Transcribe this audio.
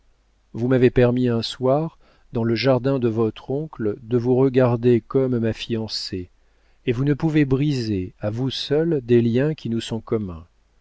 vous m'avez permis un soir dans le jardin de votre oncle de vous regarder comme ma fiancée et vous ne pouvez briser à vous seule des liens qui nous sont communs